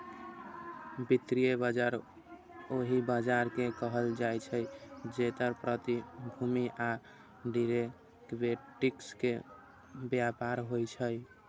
वित्तीय बाजार ओहि बाजार कें कहल जाइ छै, जतय प्रतिभूति आ डिरेवेटिव्स के व्यापार होइ छै